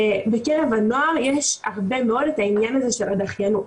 זה בקרב הנוער יש הרבה מאוד את העניין הזה של הדחיינות.